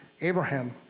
Abraham